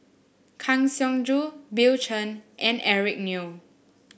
Kang Siong Joo Bill Chen and Eric Neo